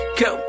go